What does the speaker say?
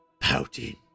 pouting